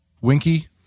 winky